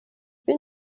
bin